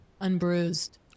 unbruised